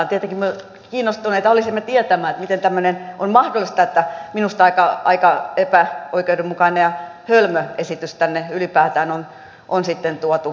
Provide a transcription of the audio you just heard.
tietenkin me olisimme kiinnostuneita tietämään miten tämmöinen on mahdollista että minusta aika epäoikeudenmukainen ja hölmö esitys tänne ylipäätään on sitten tuotu